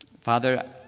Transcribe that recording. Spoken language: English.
Father